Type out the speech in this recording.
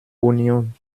union